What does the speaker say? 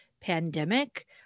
pandemic